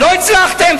לא הצלחתם,